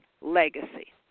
legacy